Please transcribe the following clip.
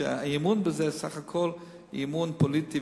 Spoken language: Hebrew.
שהאי-אמון הזה הוא בסך הכול אי-אמון פוליטי,